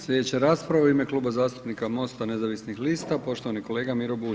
Sljedeća rasprava u ime Kluba zastupnika MOST-a nezavisnih lista poštovani kolega Miro Bulj.